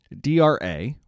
DRA